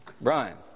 Brian